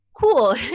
cool